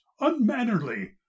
unmannerly